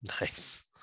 nice